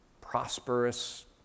prosperous